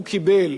הוא קיבל,